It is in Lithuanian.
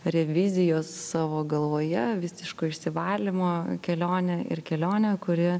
revizijos savo galvoje visiško išsivalymo kelionė ir kelionė kuri